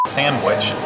sandwich